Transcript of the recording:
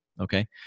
Okay